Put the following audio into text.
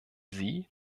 sie